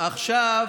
שעתיים, חכה.